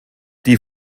die